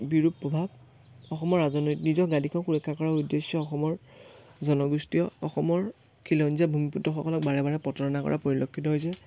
বিৰূপ প্ৰভাৱ অসমৰ ৰাজনৈতি নিজৰ গাদীখন সুৰক্ষা কৰাৰ উদ্দেশ্যে অসমৰ জনগোষ্ঠীয় অসমৰ খিলঞ্জীয়া ভূমিপুত্ৰসকলক বাৰে বাৰে প্ৰতাৰণা কৰা পৰিলক্ষিত হৈছে